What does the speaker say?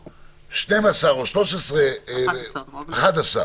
דיון מעצר שני או שלישי שהרבה פעמים הוא